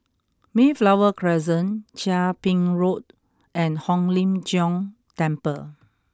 Mayflower Crescent Chia Ping Road and Hong Lim Jiong Temple